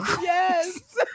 Yes